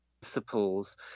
principles